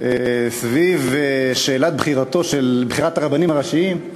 סביב שאלת בחירת הרבנים הראשיים,